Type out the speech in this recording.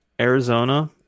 Arizona